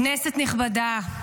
--- כנסת נכבדה,